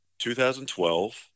2012